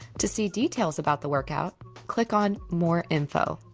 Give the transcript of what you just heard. to see details about the workout click on more info